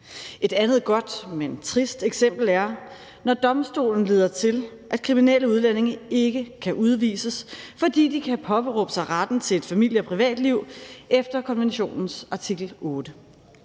Et andet godt, men trist eksempel, er, når domstolen leder til, at kriminelle udlændinge ikke kan udvises, fordi de kan påberåbe sig retten til et familie- og privatliv efter konventionens artikel 8.